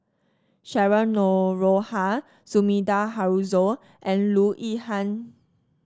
Cheryl Noronha Sumida Haruzo and Loo Yihan